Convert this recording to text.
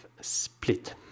split